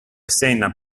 senna